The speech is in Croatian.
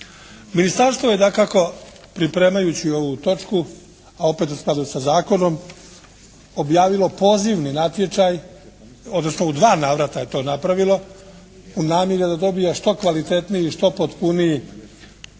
Ministarstvo je dakako pripremajući ovu točku a opet u skladu sa zakonom objavilo pozivni natječaj odnosno u dva navrata je to napravilo u namjeri da dobije što kvalitetniji, što potpuniji,